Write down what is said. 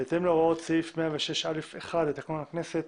בהתאם להוראות סעיף 106(א)(1) לתקנון הכנסת,